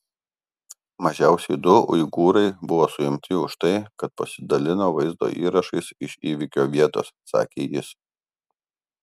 mažiausiai du uigūrai buvo suimti už tai kad pasidalijo vaizdo įrašais iš įvykio vietos sakė jis